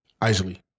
Isley